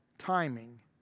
Timing